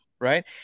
right